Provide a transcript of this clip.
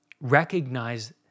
recognize